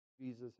Jesus